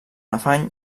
afany